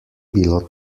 bilo